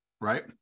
right